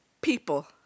People